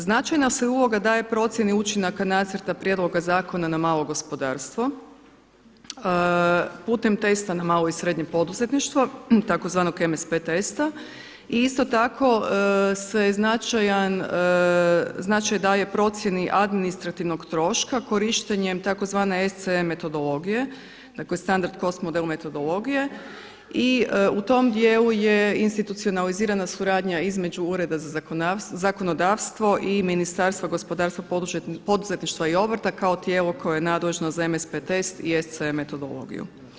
Značajna se uloga daje procjeni učinaka nacrta prijedloga zakona na malo gospodarstvo putem testa na malo i srednje poduzetništvo putem tzv. … [[Govornica se ne razumije.]] testa i isto tako se značaj daje procjeni administrativnog troška korištenjem tzv. SCM metodologije, dakle standard cost model metodologije i u tom dijelu je institucionalizirana suradnja između Ureda za zakonodavstvo i Ministarstva gospodarstva, poduzetništva i obrta kao tijelo koje je nadležno za MSP test i SCM metodologiju.